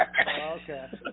Okay